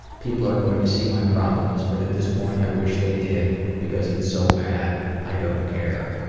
people are going to see my problems but at this point i wish they did because it's so bad i don't care.